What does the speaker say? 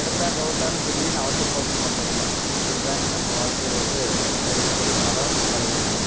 எடுத்தேன் கவுத்தேன்னு திடீர்ன்னு அவசரக் கோலத்தில் பண்றதுதாங்க இதுதான்ங்க நம்ம வாழ்க்கையில் வந்து மிகப்பெரிய பலம் பலவீனம்ங்க